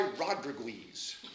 Rodriguez